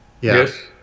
Yes